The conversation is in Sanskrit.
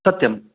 सत्यम्